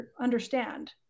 understand